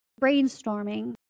brainstorming